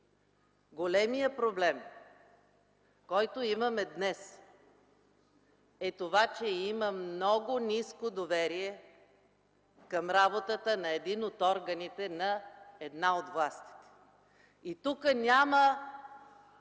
Големият проблем, който имаме днес, е това, че има много ниско доверие към работата на един от органите на една от властите!